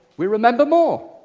we remember more!